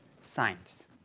science